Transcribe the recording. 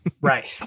Right